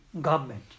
government